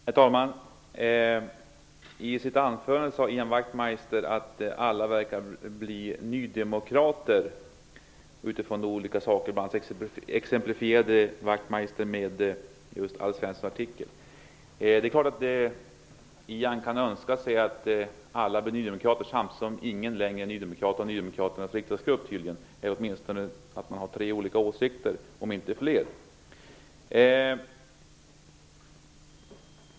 Herr talman! Ian Wachtmeister sade i sitt anförande att alla verkar bli nydemokrater, från olika utgångspunkter. Han exemplifierade med just Alf Svenssons artikel. Det är klart att Ian Wachtmeister kan önska sig att alla blir nydemokrater, samtidigt som tydligen ingen i nydemokraternas riksdagsgrupp längre är det -- eller också har de tre olika åsikter, om inte fler.